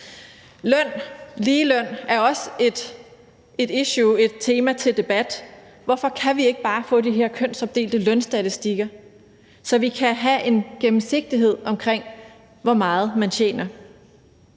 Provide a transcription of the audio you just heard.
Ligeløn er også et issue, et tema til debat, hvorfor kan vi ikke bare få de her kønsopdelte lønstatistikker, så vi kan få en gennemsigtighed om, hvor meget man tjener?